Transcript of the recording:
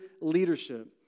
leadership